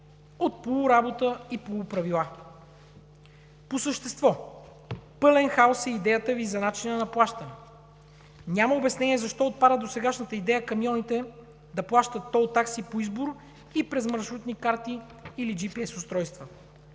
от полуработа и полуправила. По същество – пълен хаос е идеята Ви за начина на плащане. Няма обяснение защо отпадна досегашната идея камионите да плащат тол такси по избор и през маршрутни карти или GPS устройства.